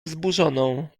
wzburzoną